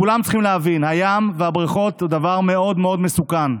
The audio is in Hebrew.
כולם צריכים להבין שהים והבריכות הם דבר מאוד מאוד מסוכן.